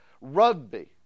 Rugby